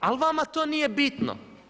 Ali vama to nije bitno.